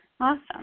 Awesome